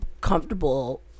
comfortable